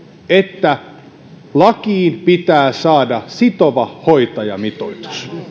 että lakiin pitää saada sitova hoitajamitoitus